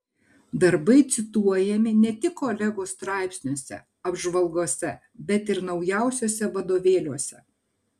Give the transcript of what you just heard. darbai cituojami ne tik kolegų straipsniuose apžvalgose bet ir naujausiuose vadovėliuose